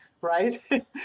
right